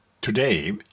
Today